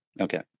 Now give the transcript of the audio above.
Okay